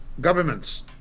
governments